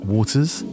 Waters